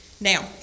Now